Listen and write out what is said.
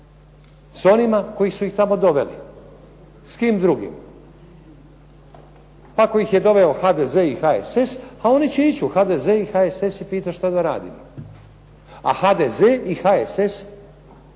sa onima koji su ih tamo doveli, s kim drugim. Pa ako ih je doveo HDZ i HSS a one će ići u HDZ i HSS i pitati šta da radimo. A HDZ i HSS